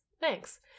thanks